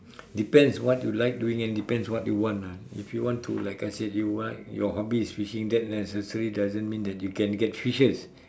depends what you like doing and depends what you want ah if you want to like I said you want your hobbies is fishing that necessary doesn't mean you can get fishes